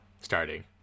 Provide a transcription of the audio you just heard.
starting